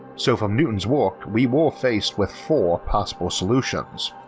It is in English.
so from newton's work we were faced with four possible solutions.